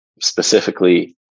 specifically